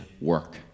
work